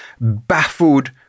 baffled